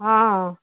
ਹਾਂ